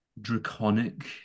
draconic